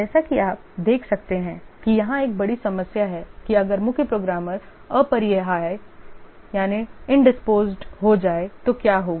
जैसा कि आप देख सकते हैं कि यहां एक बड़ी समस्या यह है कि अगर मुख्य प्रोग्रामर अपरिहार्य हो जाए तो क्या होगा